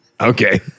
Okay